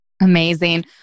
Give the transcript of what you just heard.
Amazing